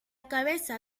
cabeza